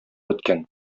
беткән